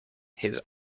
his